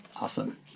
Awesome